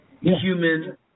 human